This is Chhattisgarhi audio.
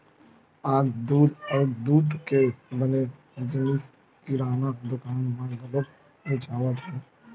आज दूद अउ दूद के बने जिनिस किराना दुकान म घलो बेचावत हे